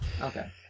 Okay